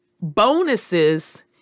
bonuses